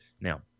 Now